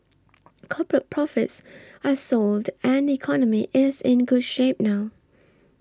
corporate profits are solid and the economy is in good shape now